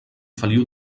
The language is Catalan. feliu